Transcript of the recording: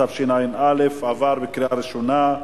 התשע"א 2011, עברה בקריאה ראשונה,